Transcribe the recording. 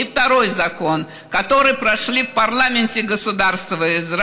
גברתי היושבת-ראש.